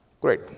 Great